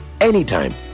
anytime